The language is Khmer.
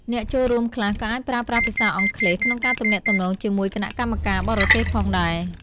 អ្នកចូលរួមខ្លះក៏អាចប្រើប្រាស់ភាសាអង់គ្លេសក្នុងការទំនាក់ទំនងជាមួយគណៈកម្មការបរទេសផងដែរ។